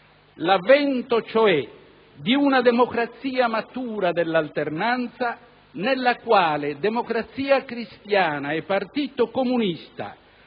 l'avvento cioè di una democrazia matura dell'alternanza, nella quale Democrazia cristiana e Partito comunista,